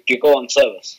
pykau ant savęs